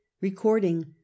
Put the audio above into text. Recording